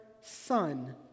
son